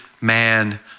man